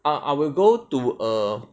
ah I will go to a